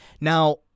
Now